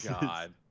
God